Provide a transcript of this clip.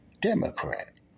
Democrat